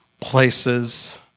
places